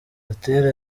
gatera